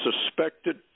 suspected